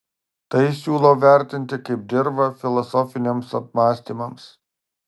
tai siūlau vertinti kaip dirvą filosofiniams apmąstymams